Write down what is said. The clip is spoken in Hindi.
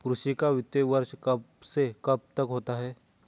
कृषि का वित्तीय वर्ष कब से कब तक होता है?